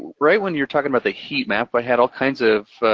right when you're talkin' about the heat map, i had all kinds of